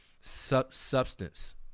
substance